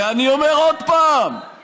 ואני אומר עוד פעם,